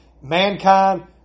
Mankind